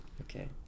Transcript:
Okay